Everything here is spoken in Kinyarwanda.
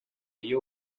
iyo